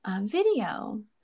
video